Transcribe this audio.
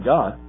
God